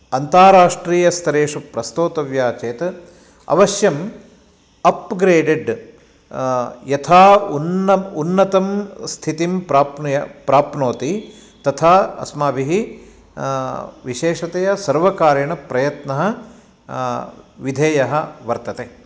अन्तराष्ट्रीयस्तरेषु प्रस्तोतव्या चेत् अवश्यम् अप्ग्रेडेड् यथा उन्नं उन्नतं स्थितिं प्राप्नु प्राप्नोति तथा अस्माभिः विशेषतया सर्वकारेण प्रयत्नः विधेयः वर्तते